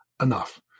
enough